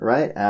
Right